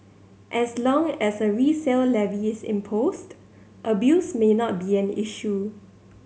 as long as a resale levy is imposed abuse may not be an issue